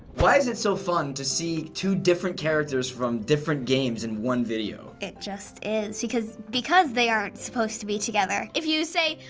why is it so fun to see two different characters from different games in one video? it just is because because they aren't supposed to be together. if you say,